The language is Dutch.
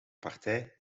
partij